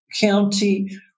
County